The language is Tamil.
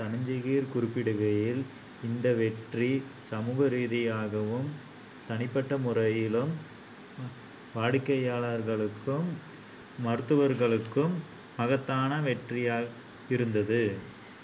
தன்ஜெகீர் குறிப்பிடுகையில் இந்த வெற்றி சமூக ரீதியாகவும் தனிப்பட்ட முறையிலும் வாடிக்கையாளர்களுக்கும் மருத்துவர்களுக்கும் மகத்தான வெற்றியாக இருந்தது